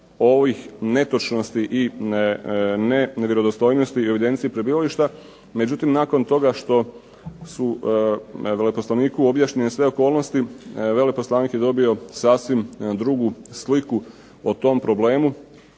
ovih netočnosti i nevjerodostojnosti i u evidenciji prebivališta. Međutim nakon toga što su veleposlaniku objašnjene sve okolnosti, veleposlanik je dobio sasvim drugu sliku o tom problemu.